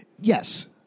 Yes